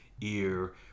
ear